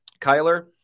Kyler